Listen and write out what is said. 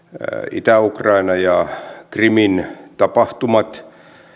itä ukraina ja krimin tapahtumat